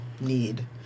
need